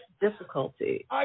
difficulty